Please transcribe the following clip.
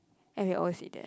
and we always eat there